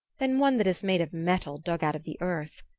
than one that is made of metal dug out of the earth.